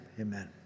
Amen